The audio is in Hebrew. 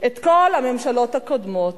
את כל הממשלות הקודמות,